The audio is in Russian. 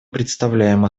представляем